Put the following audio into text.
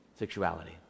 sexuality